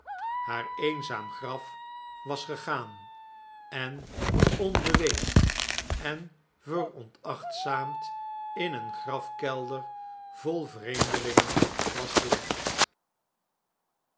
haar eenzaam graf was gegaan en onbeweend en veronachtzaamd in een grafkelder vol vreemdelingen was gelegd